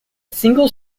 single